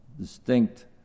distinct